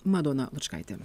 madona lučkaitė